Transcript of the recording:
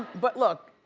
but look.